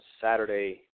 Saturday